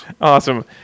Awesome